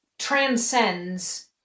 transcends